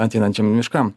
ateinančiam miškam